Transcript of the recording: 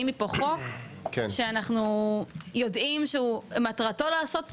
מפה חוק שאנחנו יודעים שמטרתו לעשות טוב,